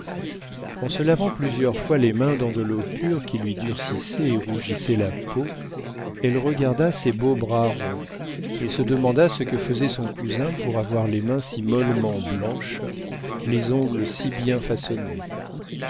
en se lavant plusieurs fois les mains dans de l'eau pure qui lui durcissait et rougissait la peau elle regarda ses beaux bras ronds et se demanda ce que faisait son cousin pour avoir les mains si mollement blanches les ongles si bien façonnés